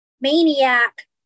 maniac